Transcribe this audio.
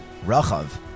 Rachav